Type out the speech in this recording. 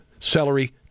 celery